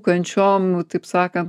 kančiom taip sakant